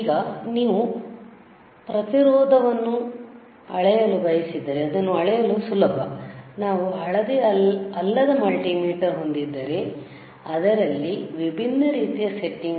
ಈಗ ನೀವು ಪ್ರತಿರೋಧವನ್ನು ಅಳೆಯಲು ಬಯಸಿದರೆ ಅದನ್ನು ಅಳೆಯಲು ಸುಲಭ ನಾವು ಹಳದಿ ಅಲ್ಲದ ಮಲ್ಟಿಮೀಟರ್ ಹೊಂದಿದ್ದರೆ ಅದರಲ್ಲಿ ವಿಭಿನ್ನ ರೀತಿಯ ಸೆಟ್ಟಿಂಗ್settings